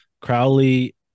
Crowley